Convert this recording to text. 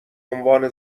عنوان